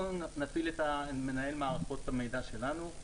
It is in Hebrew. אנחנו נפעיל את מנהל מערכות המידע שלנו.